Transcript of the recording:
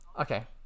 Okay